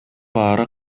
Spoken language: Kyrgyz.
баары